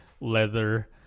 leather